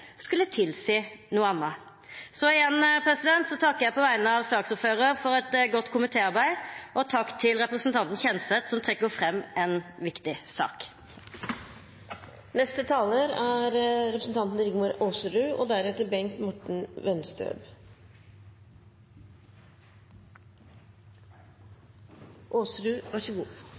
skulle tilsi noe annet. Igjen takker jeg på vegne av saksordføreren for et godt komitéarbeid, og takk til representanten Kjenseth som trekker fram en viktig sak.